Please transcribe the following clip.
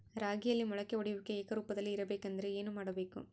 ರಾಗಿಯಲ್ಲಿ ಮೊಳಕೆ ಒಡೆಯುವಿಕೆ ಏಕರೂಪದಲ್ಲಿ ಇರಬೇಕೆಂದರೆ ಏನು ಮಾಡಬೇಕು?